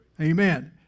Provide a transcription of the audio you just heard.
Amen